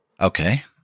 Okay